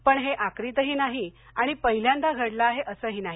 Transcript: पण हे आक्रीतही नाही आणि पहिल्यांदा घडलं आहे असंही नाही